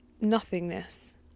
nothingness